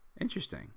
Interesting